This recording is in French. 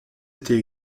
été